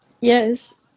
Yes